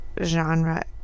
genre